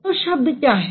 तो शब्द क्या हैं